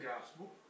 gospel